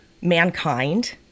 mankind